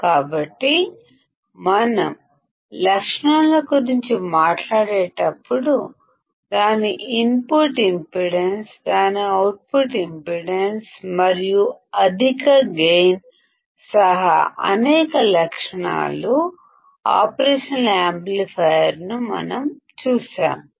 కాబట్టి మనం లక్షణాల గురించి మాట్లాడేటప్పుడు దాని ఇన్పుట్ ఇంపెడెన్స్ దాని అవుట్పుట్ ఇంపెడెన్స్ మరియు అధిక గైన్ తో సహా ఆపరేషనల్ యాంప్లిఫైయర్ వి అనేక లక్షణాలు మనం చూశాము